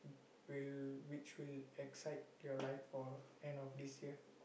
will which will excite your life for end of this year